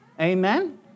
Amen